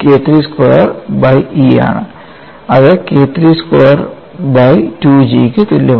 K III square by E ആണ് അത് K III square by 2 G ക്ക് തുല്യമാണ്